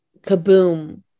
kaboom